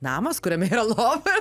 namas kuriame yra lova